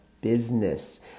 business